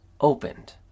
opened